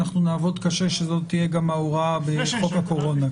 אנחנו נעבוד קשה שזו תהיה גם ההוראה בחוק הקורונה.